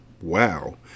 wow